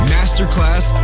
Masterclass